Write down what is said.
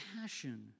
passion